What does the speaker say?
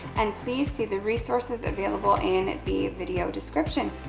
and please see the resources available in the video description.